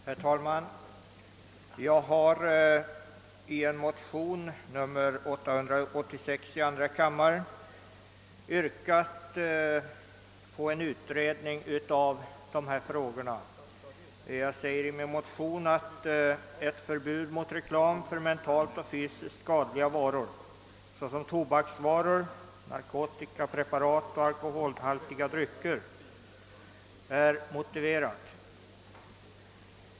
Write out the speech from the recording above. Herr talman! I motionen nr II: 886 har jag yrkat på en utredning av dessa frågor. Jag säger i min motion att ett förbud mot reklam för mentalt och fysiskt skadliga varor såsom tobaksvaror, narkotikapreparat och alkoholhaltiga drycker är motiverat.